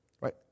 right